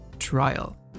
TRIAL